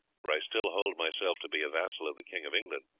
for i still hold myself to be a vassal of the king of england,